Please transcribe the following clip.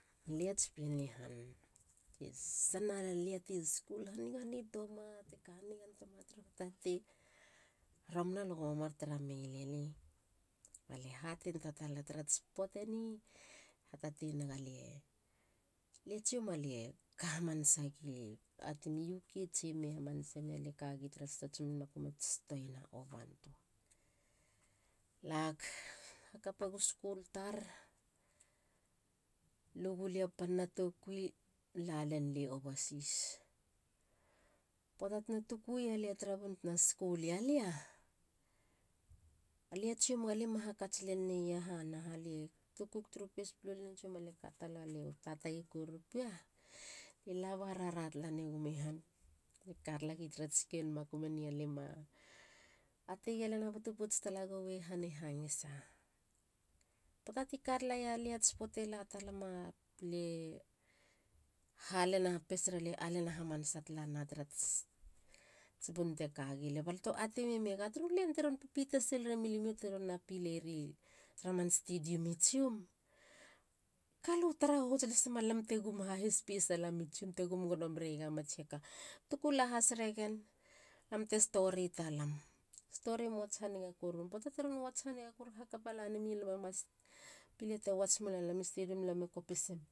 Liats pien ni han. sana lia ti skul hanigan tuama turu hatatei. romana lu go ma tare mei lieni. a li hatin tatala. tarats poateni hatatei nega lie tsion alie ka hamanasa gi u k tsi me. alie kagi tarats makum ats toiena ovan tua. lag. hakape gu skul tar. lugu lia panna tokui. la len lia oversseas. Poata tina tukuia lia. tara bun tina skul ia lia. Alia tsiom galima hakats leneia naha. Lie tukuk turu peispalu lani tsiom balie katalag ba lie ka talagi tarats ken makum eni a liema ategi a liena butu pouts tala gowe han i hangisa? Poata ti katalaia liats poata te la talama. lie halena pesar. a lie alena hamanasa tala nena tarats bun teka gilia. balto ateim. i me? Ga turu len teron pipita sil remi limio teron pileri tara man stadium i tsion. Galo tara hohots lasim alam te gum hahis pesa lami tsiom te gum gono mereiega mats hiaka. tuku lahas regen. lam te stori talam. storim. watch haniga korum. poata ti ron watch haniga koru hakapa lanami lam a mats pile te watch mula lam i stadium lam e kopisim.